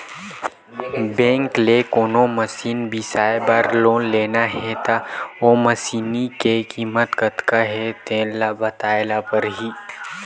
bank ले कोनो machine बिसाए बर लोन लेना हे त ओ मसीनी के कीमत कतका हे तेन ल बताए ल परही